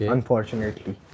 Unfortunately